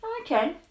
Okay